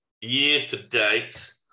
year-to-date